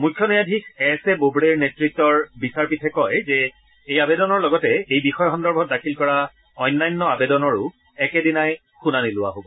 মুখ্য ন্যায়াধীশ S A বোবড়েৰ নেতৃত্বৰ বিচাৰপীঠে কয় যে এই আবেদনৰ লগতে এই বিষয় সন্দৰ্ভত দাখিল কৰা অন্যান্য আবেদনৰো একেদিনাই শুনানি লোৱা হব